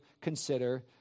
consider